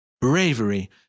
Bravery